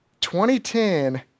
2010